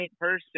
person